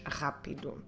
rápido